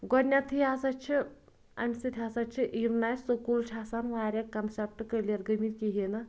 گۄڈٕنٮٚتھٕے ہَسا چھِ امہِ سۭتۍ ہَسا چھِ یِم نہٕ اَسہِ سکوٗل چھِ آسان واریاہ کَنسیٚپٹ کٕلیر گٔمٕتۍ کِہیٖنۍ نہٕ